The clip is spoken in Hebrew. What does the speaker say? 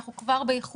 אנחנו כבר באיחור.